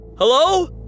Hello